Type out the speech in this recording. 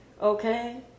okay